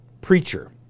preacher